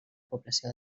població